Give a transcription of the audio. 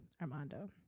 Armando